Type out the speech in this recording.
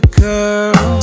girl